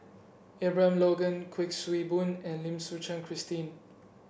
Abraham Logan Kuik Swee Boon and Lim Suchen Christine